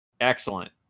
Excellent